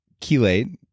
chelate